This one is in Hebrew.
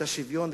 את השוויון,